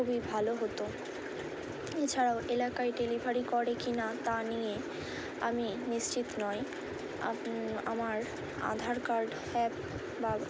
খুবই ভালো হতো এছাড়াও এলাকায় ডেলিভারি করে কী না তা নিয়ে আমি নিশ্চিত নয় আপ আমার আধার কার্ড অ্যাপ বা